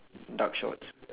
dark shorts